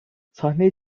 sahneye